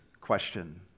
question